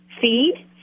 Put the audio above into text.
feed